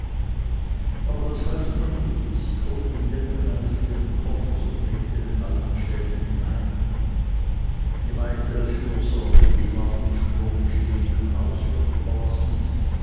aber das half nun nichts ich hob den deckel meines leeren koffers und legte den alten schädel hinein die weitere fürsorge dem auf dem sprunge stehenden hauswirte überlassend